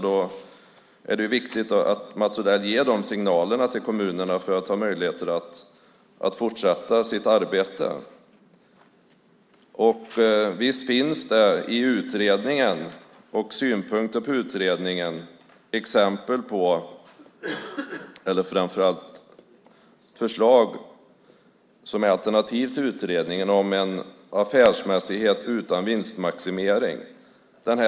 Det är viktigt att Mats Odell ger rätt signaler till kommunerna så att de har möjlighet att fortsätta sitt arbete. Visst finns det i utredningen och i synpunkter på utredningen förslag som är alternativ till utredningens om en affärsmässighet utan vinstmaximering.